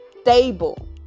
stable